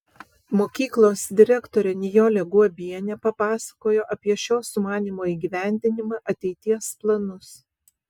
mokyklos direktorė nijolė guobienė papasakojo apie šio sumanymo įgyvendinimą ateities planus